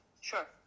Sure